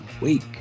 week